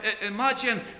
Imagine